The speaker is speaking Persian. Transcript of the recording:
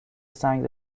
سنگ